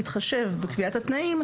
יתחשב בקביעת התנאים,